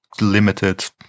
limited